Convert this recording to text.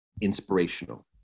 inspirational